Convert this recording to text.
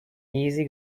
easy